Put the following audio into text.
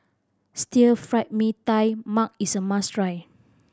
Stir Fried Mee Tai Mak is a must try